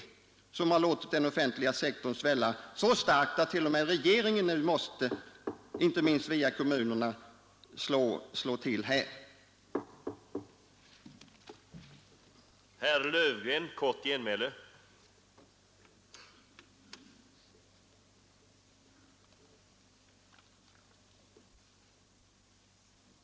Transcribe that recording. Man har under denna tid låtit den offentliga sektorn svälla så starkt att t.o.m. regeringen själv nu, inte minst via kommunerna, måste slå till hårt mitt i en lågkonjunktur.